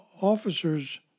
officers